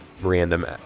random